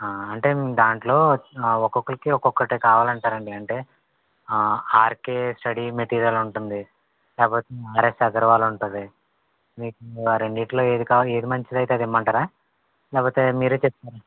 అంటే దాంట్లో ఒకొక్కళ్ళకి ఒకొక్కటి కావాలంటారండి అంటే ఆర్కే స్టడీ మెటీరియల్ ఉంటుంది లేకపోతే ఆర్ఎస్ అగర్వాల్ ఉంటుంది మీకు ఆ రెండిటిలో ఏది కావాలో ఏది మంచిదయితే అదిమ్మంటారా లేకపోతే మీరే చెప్తారా